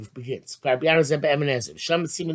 begins